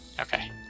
Okay